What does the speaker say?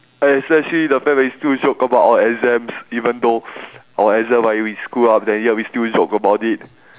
and especially the fact that we still joke about our exams even though our exam might be screwed up and yet we still joke about it